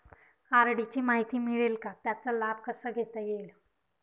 RD ची माहिती मिळेल का, त्याचा लाभ कसा घेता येईल?